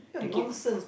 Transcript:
take it